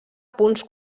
punts